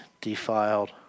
defiled